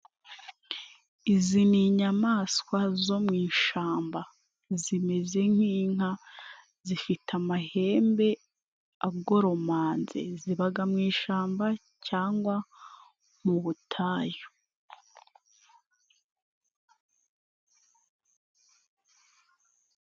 Izi ni inyamaswa zo mu ishamba. Zimeze nk'inka, zifite amahembe agoromanze. Zibaga mu ishyamba cyangwa mu butayu.